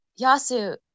Yasu